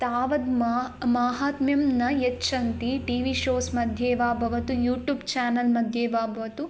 तावत् मा माहात्म्यं न यच्छन्ति टि वि शोस्मध्ये वा भवतु युटुब् चानल्मध्ये वा भवतु